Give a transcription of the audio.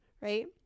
right